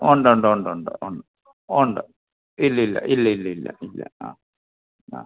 ഉണ്ടുണ്ടുണ്ടുണ്ട് ഉണ്ട് ഉണ്ട് ഇല്ലില്ല ഇല്ലില്ലില്ല ഇല്ല ആ ആ